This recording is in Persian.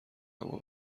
اما